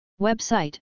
Website